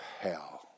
hell